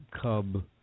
cub